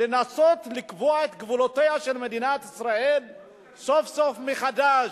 לנסות לקבוע את גבולותיה של מדינת ישראל סוף-סוף מחדש.